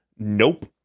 Nope